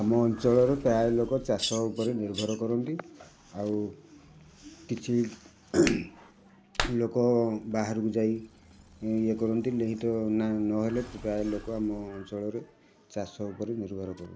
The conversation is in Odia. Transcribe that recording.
ଆମ ଅଞ୍ଚଳର ପ୍ରାୟ ଲୋକ ଚାଷ ଉପରେ ନିର୍ଭର କରନ୍ତି ଆଉ କିଛି ଲୋକ ବାହାରକୁ ଯାଇ ଇଏ କରନ୍ତି ନହେଲେ ପ୍ରାୟ ଲୋକ ଆମ ଅଞ୍ଚଳରେ ଚାଷ ଉପରେ ନିର୍ଭର କରନ୍ତି